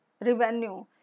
revenue